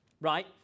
Right